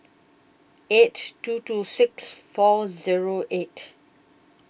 eight two two six four Zero eight